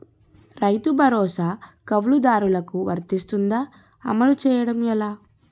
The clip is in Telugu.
రైతు భరోసా కవులుదారులకు వర్తిస్తుందా? అమలు చేయడం ఎలా